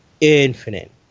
infinite